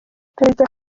perezida